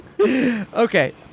Okay